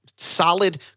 solid